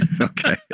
okay